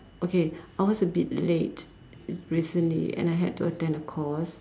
okay I was a bit late recently and I had to attend a course